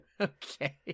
Okay